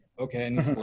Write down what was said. Okay